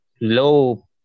low